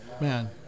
Man